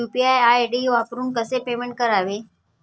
UPI ID वापरून कसे payment करावे?